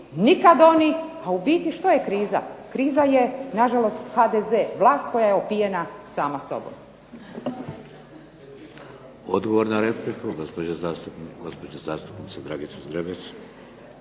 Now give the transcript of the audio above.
nikada oni. A u biti što je kriza? Kriza je nažalost HDZ, vlast koja je opijena sama sobom. **Šeks, Vladimir (HDZ)** Odgovor na repliku, gospođa zastupnica Dragica Zgrebec.